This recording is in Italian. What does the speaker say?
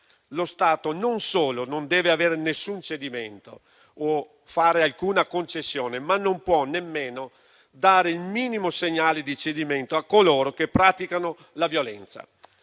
lo Stato non solo non deve avere nessun cedimento o fare alcuna concessione, ma non può nemmeno dare il minimo segnale di cedimento a coloro che praticano la violenza.